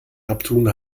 abtun